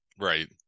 Right